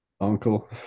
Uncle